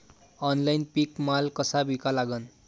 Online पीक माल कसा विका लागन?